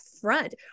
front